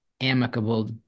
amicable